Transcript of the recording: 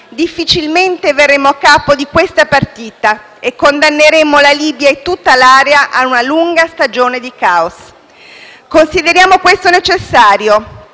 difficilmente verremo a capo di questa partita e condanneremo la Libia e tutta l'area a una lunga stagione di caos. Consideriamo questo necessario,